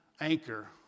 anchor